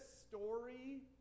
story